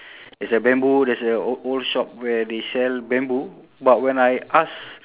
there's a bamboo there's a o~ old shop where they sell bamboo but when I ask